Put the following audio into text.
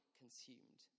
consumed